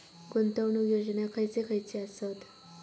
गुंतवणूक योजना खयचे खयचे आसत?